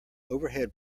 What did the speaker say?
overhead